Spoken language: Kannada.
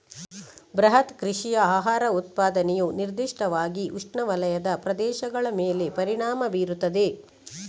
ಬೃಹತ್ ಕೃಷಿಯ ಆಹಾರ ಉತ್ಪಾದನೆಯು ನಿರ್ದಿಷ್ಟವಾಗಿ ಉಷ್ಣವಲಯದ ಪ್ರದೇಶಗಳ ಮೇಲೆ ಪರಿಣಾಮ ಬೀರುತ್ತದೆ